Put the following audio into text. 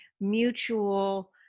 mutual